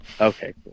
Okay